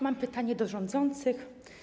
Mam pytanie do rządzących.